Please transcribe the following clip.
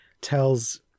tells